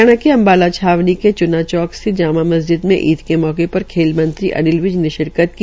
हरियाणा के अम्बाला छावनी के च्ना चौक स्थित जामा मस्ज्द में ईद के मौके पर खेल मंत्री अनिल विज ने शिरकत की